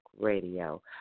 Radio